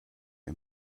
and